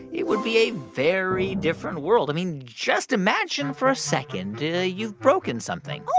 it would be a very different world. i mean, just imagine for a second you've broken something oh,